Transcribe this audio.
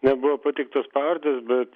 nebuvo pateiktos pavardės bet